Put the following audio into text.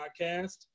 podcast